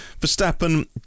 Verstappen